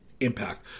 Impact